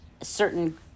certain